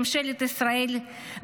ממשלת ישראל,